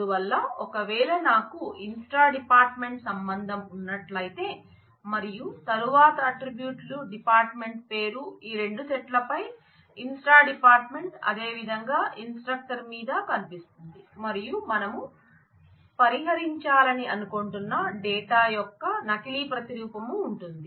అందువల్ల ఒకవేళ నాకు inst dept సంబంధం ఉన్నట్లయితే మరియు తరువాత అట్ట్రిబ్యూట్ డిపార్ట్ మెంట్ పేరు ఈ రెండు సెట్ లపై inst dept అదేవిధంగా ఇన్స్ట్రక్టర్ మీద కనిపిస్తుంది మరియు మనం పరిహరించాలని అనుకుంటున్న డేటా యొక్క నకిలీ ప్రతిరూపం ఉంటుంది